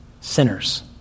sinners